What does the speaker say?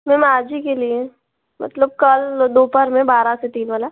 ma'am आज ही के लिए मतलब कल दोपहर में बारह से तीन वाला